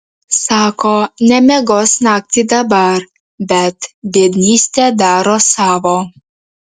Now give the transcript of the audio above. sako nemiegos naktį dabar bet biednystė daro savo